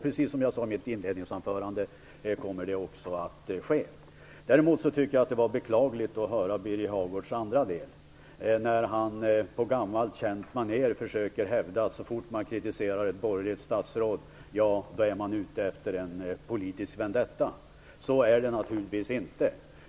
Precis som jag sade i mitt inledningsanförande kommer det också att ske. Däremot tycker jag att det var beklagligt att höra den andra delen av Birger Hagårds anförande. På gammalt känt maner försöker han hävda att så fort man kritiserar ett borgerligt statsråd är man ute efter en politisk vendetta. Så är det naturligtvis inte.